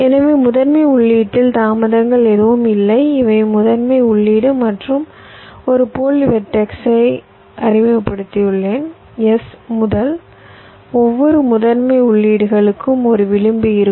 எனவே முதன்மை உள்ளீட்டில் தாமதங்கள் எதுவும் இல்லை இவை முதன்மை உள்ளீடு மற்றும் ஒரு போலி வெர்டெக்ஸை s அறிமுகப்படுத்தியுள்ளேன் s முதல் ஒவ்வொரு முதன்மை உள்ளீடுகளுக்கும் ஒரு விளிம்பு இருக்கும்